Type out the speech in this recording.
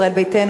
ישראל ביתנו,